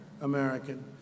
American